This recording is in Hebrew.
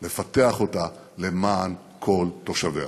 לפתח אותה למען כל תושביה.